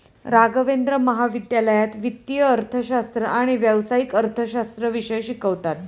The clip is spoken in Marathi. राघवेंद्र महाविद्यालयात वित्तीय अर्थशास्त्र आणि व्यावसायिक अर्थशास्त्र विषय शिकवतात